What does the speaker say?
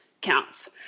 counts